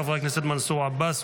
חברי הכנסת מנסור עבאס,